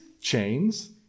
chains